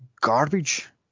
garbage